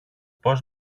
πώς